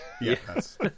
Yes